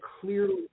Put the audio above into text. clearly